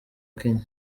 kenya